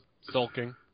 sulking